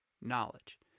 knowledge